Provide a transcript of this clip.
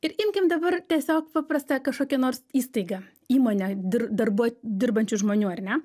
ir imkim dabar tiesiog paprastą kažkokią nors įstaigą įmonę dir darbuo dirbančių žmonių ar ne